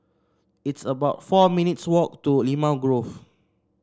it's about four minutes' walk to Limau Grove